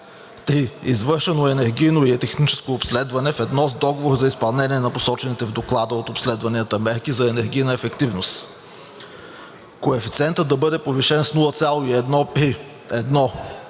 3. Извършено енергийно и техническо обследване ведно с договор за изпълнение на посочените в доклада от обследванията мерки за енергийна ефективност. Коефициентът да бъде повишен с 0,1 при: 1.